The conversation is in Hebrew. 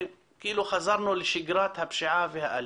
חזרנו לשגרת הפשיעה והאלימות.